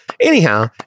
anyhow